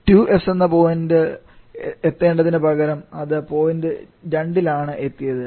2s എന്ന് point എത്തേണ്ടതിനുപകരംഅത് point 2 ലാണ് എത്തിയത്